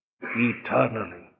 eternally